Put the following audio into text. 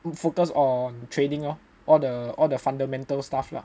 focus on training lor all the all the fundamental stuff lah